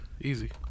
Easy